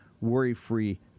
worry-free